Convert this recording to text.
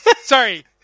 Sorry